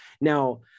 Now